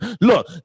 Look